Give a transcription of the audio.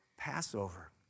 Passover